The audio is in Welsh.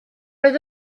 oedd